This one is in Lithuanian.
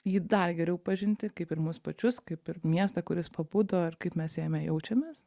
jį dar geriau pažinti kaip ir mus pačius kaip ir miestą kuris pabudo ir kaip mes jame jaučiamės